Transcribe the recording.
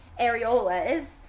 areolas